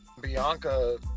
Bianca